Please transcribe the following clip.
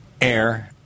Air